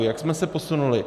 Jak jsme se posunuli?